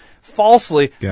falsely